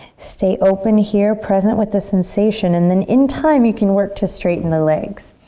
stay open here, present with the sensation and then in time you can work to straighten the legs.